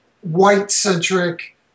white-centric